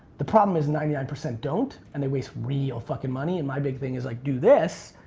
the problem is ninety nine percent don't and they waste real fucking money and my big thing is like do this,